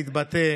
להתבטא,